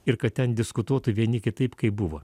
ir kad ten diskutuotų vieni kitaip kaip buvo